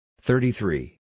Thirty-three